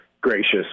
gracious